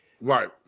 right